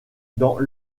dans